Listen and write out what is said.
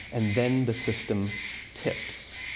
and then the system tips.